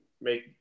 make